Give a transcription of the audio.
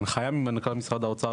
הנחייה ממנכ"ל משרד האוצר,